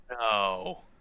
No